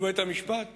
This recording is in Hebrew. ובית-המשפט